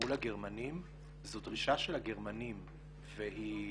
מול הגרמנים זו דרישה של הגרמנים והיא